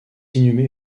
inhumé